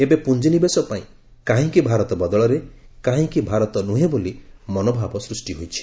ଏବେ ପୁଞ୍ଜିନିବେଶ ପାଇଁ 'କାହିଁକି ଭାରତ' ବଦଳରେ 'କାହିଁକି ଭାରତ ନୁହେଁ' ବୋଲି ମନୋଭାବ ସୃଷ୍ଟି ହୋଇଛି